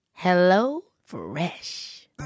HelloFresh